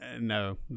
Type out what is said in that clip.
No